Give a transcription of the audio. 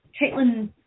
Caitlin